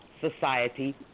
society